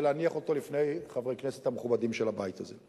ולהניח אותה לפני חברי הכנסת המכובדים של הבית הזה.